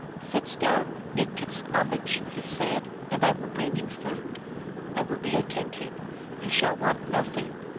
sit still, nticskamichj he said, and i will bring you food i will be attentive you shall want nothing.